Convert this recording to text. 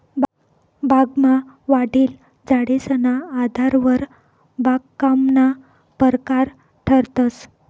बागमा वाढेल झाडेसना आधारवर बागकामना परकार ठरतंस